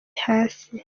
hasi